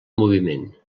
moviment